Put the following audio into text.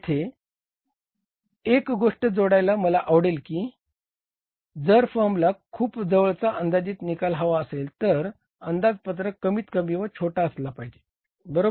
यथे एक गोष्ट जोडायला मला आवडेल की जर फर्मला खूप जवळचा अंदाजित निकाल हवा असेल तर अंदाजपत्रक कमीत कमी व छोटा असला पाहिजे बरोबर